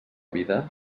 vida